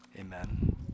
amen